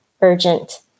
urgent